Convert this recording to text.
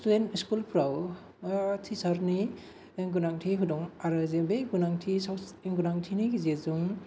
स्कुलफ्राव टिचारनि गोनांथि दं आरो जों बे गोनांथिनि गेजेरजों